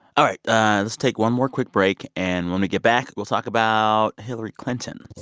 all right, let's take one more quick break. and when we get back, we'll talk about hillary clinton